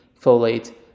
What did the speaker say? folate